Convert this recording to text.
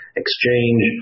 exchange